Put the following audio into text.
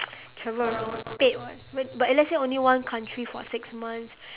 travel around paid [what] but but let's say only one country for six months